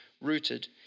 rooted